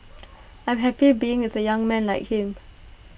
I'm happy being with A young man like him